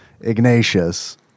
Ignatius